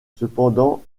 cependant